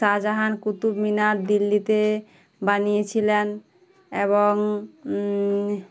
শাহজাহান কুতুব মিনার দিল্লিতে বানিয়েছিলেন এবং